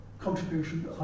contribution